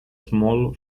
small